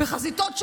בחזיתות שונות,